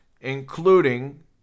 including